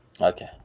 Okay